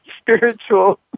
spiritual